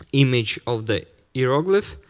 image of the hieroglyph.